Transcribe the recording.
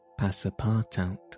Passapartout